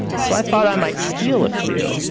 so i thought i might steal a few,